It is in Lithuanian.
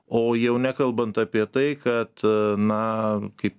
o jau nekalbant apie tai kad na kaip